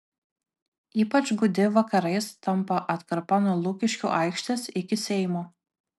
ypač gūdi vakarais tampa atkarpa nuo lukiškių aikštės iki seimo